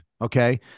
Okay